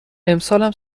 امسالم